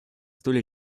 столь